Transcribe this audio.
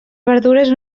verdures